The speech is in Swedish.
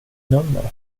nummer